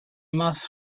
must